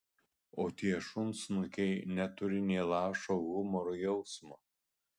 o tie šunsnukiai neturi nė lašo humoro jausmo